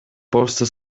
polsce